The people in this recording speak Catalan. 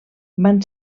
van